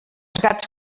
gats